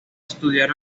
estudiar